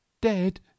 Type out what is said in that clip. dead